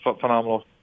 Phenomenal